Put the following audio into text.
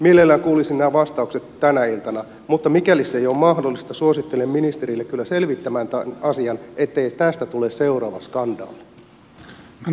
mielellään kuulisin nämä vastaukset tänä iltana mutta mikäli se ei ole mahdollista suosittelen ministeriä kyllä selvittämään tämän asian ettei tästä tule seuraava skandaali